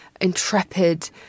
intrepid